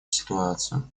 ситуацию